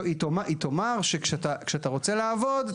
היא תאמר שכשאתה רוצה לעבוד,